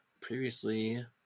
previously